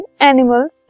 animals